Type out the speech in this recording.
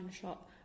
shop